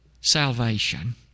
salvation